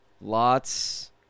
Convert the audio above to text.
lots